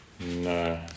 No